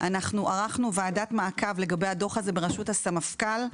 אנחנו ערכנו ועדת מעקב לגבי הדוח בראשות הסמפכ"ל,